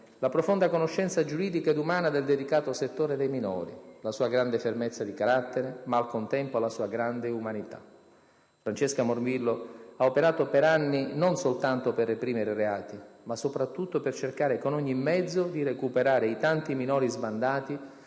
la profonda conoscenza giuridica ed umana del delicato settore dei minori, la sua grande fermezza di carattere, ma al contempo la sua grande umanità. Francesca Morvillo ha operato per anni non soltanto per reprimere i reati, ma soprattutto per cercare con ogni mezzo di recuperare i tanti minori sbandati